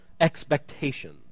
expectations